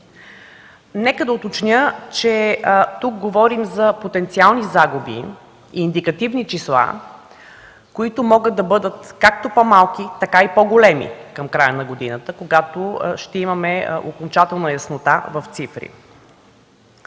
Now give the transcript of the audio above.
Нека да уточня, че тук говорим за потенциални загуби и индикативни числа, които могат да бъдат както по-малки, така и по големи към края на годината, когато ще имаме окончателна яснота в цифри.